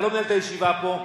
אתה לא מנהל את הישיבה פה.